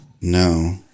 No